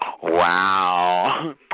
Wow